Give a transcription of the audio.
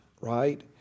right